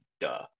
duh